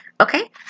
Okay